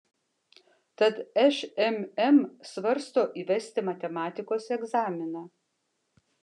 tad šmm svarsto įvesti matematikos egzaminą